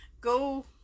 go